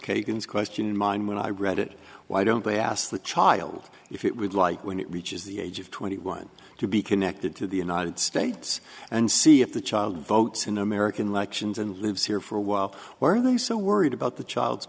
kagan's question in mind when i read it why don't they ask the child if it would like when it reaches the age of twenty one to be connected to the united states and see if the child votes in american lichens and lives here for a while or are they so worried about the child's